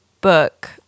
book